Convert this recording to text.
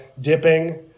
dipping